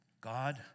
God